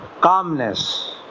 calmness